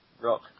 Rock